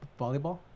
Volleyball